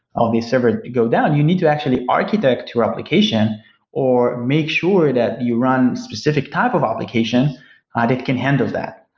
um the server to go down, you need to actually architect to your application or make sure that you run specific type of application that can handle that.